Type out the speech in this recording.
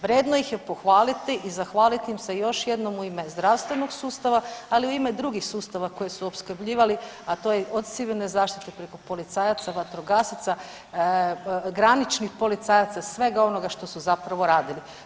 Vredno ih je pohvaliti i zahvaliti im se još jednom u ime zdravstvenog sustava, ali i u ime drugih sustava koje su opskrbljivali, a to e od civilne zaštite preko policajaca, vatrogasaca, graničnih policajaca, svega onoga što su zapravo radili.